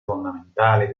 fondamentale